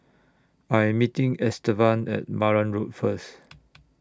I Am meeting Estevan At Marang Road First